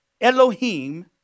Elohim